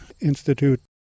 Institute